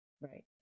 right